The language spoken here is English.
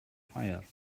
fire